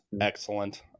excellent